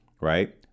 right